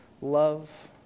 love